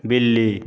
बिल्ली